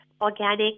organic